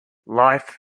life